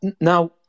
Now